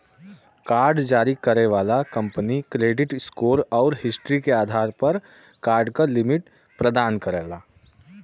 card जारी करे वाला कंपनी क्रेडिट स्कोर आउर हिस्ट्री के आधार पर कार्ड क लिमिट प्रदान करला